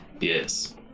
Yes